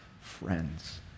friends